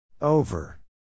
Over